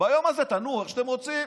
ביום הזה תנועו איך שאתם רוצים.